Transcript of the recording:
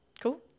Cool